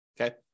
okay